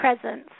presence